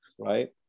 right